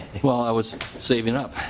well i was saving up.